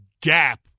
gap